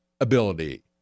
Ability